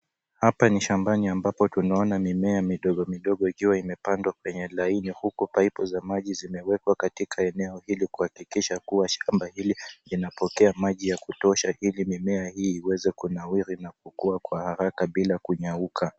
Hapa ni shambani ambapo tunaona mimea midogo midogo ikiwa imepandwa kwenye laini huku paipu za maji zimewekwa katika eneo ili kuhakikisha kua shamba Ile inapokea maji ya kutosha ili mimea hii kunawiri na kukua kwa haraka bila kunyauka.